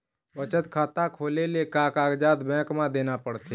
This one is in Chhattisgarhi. बचत खाता खोले ले का कागजात बैंक म देना पड़थे?